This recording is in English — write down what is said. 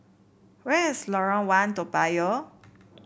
where is Lorong One Toa Payoh